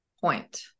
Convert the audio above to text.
point